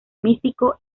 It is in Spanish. místico